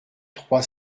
trois